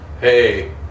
Hey